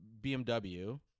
BMW